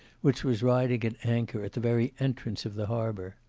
which was riding at anchor at the very entrance of the harbour.